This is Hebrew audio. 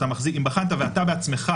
ואתה בעצמך,